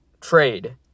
trade